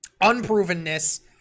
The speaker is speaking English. unprovenness